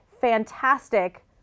fantastic